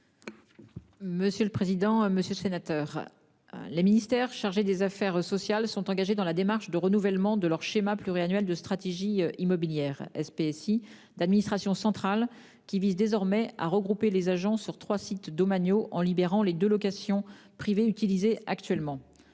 ministre déléguée. Monsieur le sénateur, les ministères chargés des affaires sociales sont engagés dans la démarche de renouvellement du schéma pluriannuel de stratégie immobilière (SPSI) de leur administration centrale, qui vise désormais à regrouper les agents sur trois sites domaniaux en libérant les deux locations privées utilisées actuellement.